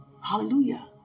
Hallelujah